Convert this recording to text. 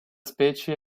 specie